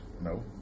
No